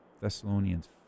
Thessalonians